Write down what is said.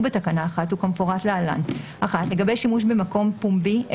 בתקנה 1 הוא כמפורט להלן: לגבי שימוש במקום פומבי,